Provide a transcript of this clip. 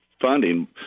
funding